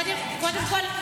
קודם כול,